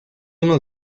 uno